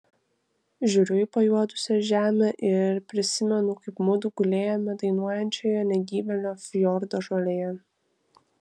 žiūriu į pajuodusią žemę ir prisimenu kaip mudu gulėjome dainuojančioje negyvėlio fjordo žolėje